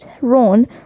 ron